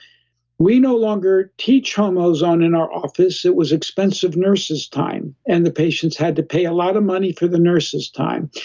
we no longer teach home ozone in our office, it was expensive nurse's time, and the patients had to pay a lot of money for the nurse's time.